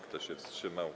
Kto się wstrzymał?